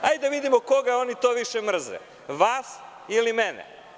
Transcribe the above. Hajde da vidimo koga oni to više mrze, vas ili mene?